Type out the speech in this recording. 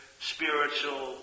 spiritual